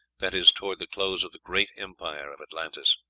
that is, toward the close of the great empire of atlantis.